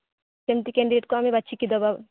ସେମିତି ସେମିତି କ୍ୟାଣ୍ଡିଡ଼େଟ୍କୁ ଆମେ ବାଛିକି ଦେବା